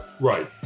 right